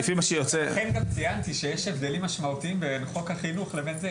לכן גם ציינתי שיש הבדלים משמעותיים בין חינוך החינוך לבין זה.